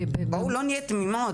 לא נהיה תמימות.